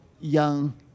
young